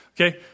okay